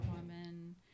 Woman